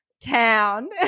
town